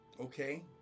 okay